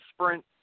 Sprint